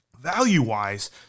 Value-wise